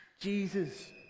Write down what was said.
Jesus